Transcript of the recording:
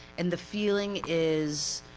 and the feeling is